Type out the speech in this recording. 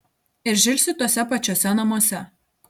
ir žilsi tuose pačiuose namuose